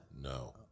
No